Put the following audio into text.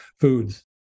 foods